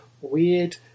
weird